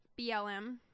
BLM